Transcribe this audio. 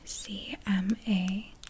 C-M-A